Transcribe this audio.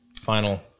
final